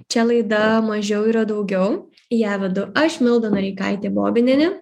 čia laida mažiau yra daugiau ją vedu aš milda noreikaitė bobinienė